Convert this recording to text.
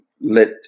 let